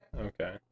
Okay